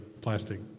plastic